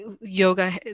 yoga